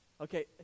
Okay